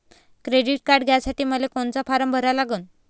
Credit card घ्यासाठी मले कोनचा फारम भरा लागन?